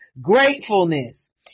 gratefulness